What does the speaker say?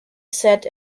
set